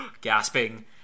gasping